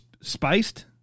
spiced